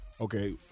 Okay